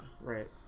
Right